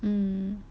mmhmm